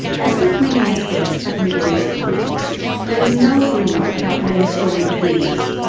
as with many aspects of middle east politics there is no agreement about when the story begins,